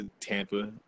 Tampa